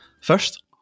First